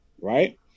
right